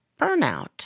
burnout